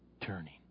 turning